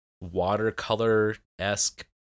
watercolor-esque